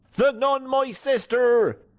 the nun my suster.